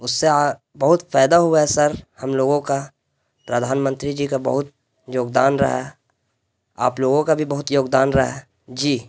اس سے بہت فائدہ ہوا ہے سر ہم لوگوں کا پردھان منتری جی کا بہت یوگدان رہا ہے آپ لوگوں کا بھی بہت یوگدان رہا ہے جی